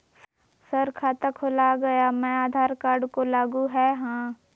Sir खाता खोला गया मैं आधार कार्ड को लागू है हां?